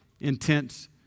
intense